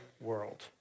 world